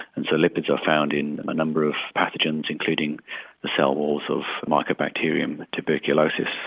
and so lipids are found in a number of pathogens, including the cell walls of micro-bacterium tuberculosis.